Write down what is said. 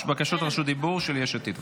בקשות רשות דיבור של יש עתיד,